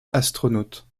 astronaute